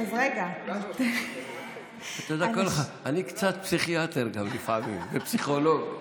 אני גם קצת פסיכיאטר לפעמים, ופסיכולוג.